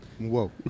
whoa